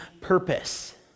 purpose